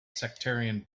sectarian